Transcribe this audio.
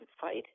fight